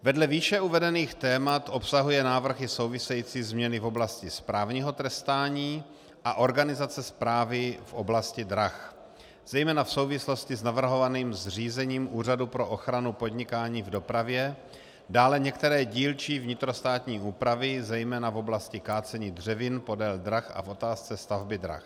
Vedle výše uvedených témat obsahuje návrh i související změny v oblasti správního trestání a organizace správy v oblasti drah zejména v souvislosti s navrhovaným zřízením Úřadu pro ochranu podnikání v dopravě, dále některé dílčí vnitrostátní úpravy, zejména v oblasti kácení dřevin podél drah a v otázce stavby drah.